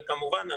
וכמובן,